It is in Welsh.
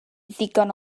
ddigon